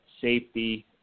safety